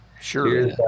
Sure